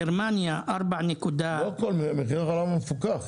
גרמניה --- מחיר החלב המפוקח.